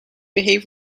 behave